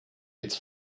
its